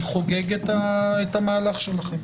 אני חוגג את המהלך שלכם,